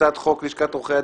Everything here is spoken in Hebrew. התשע"ט-2018 (פ/5994/20),